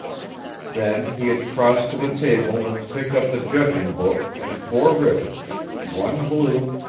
then he had crossed to the table and picked up the judging book and four ribbons one blue,